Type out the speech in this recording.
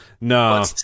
No